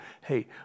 Hey